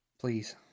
Please